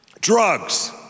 drugs